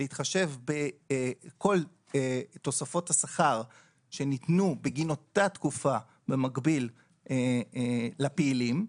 להתחשב בכל תוספות השכר שניתנו בגין אותה תקופה במקביל לפעילים,